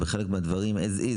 בחלק מהדברים as is,